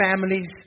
families